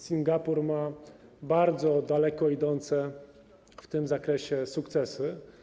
Singapur ma bardzo daleko idące w tym zakresie sukcesy.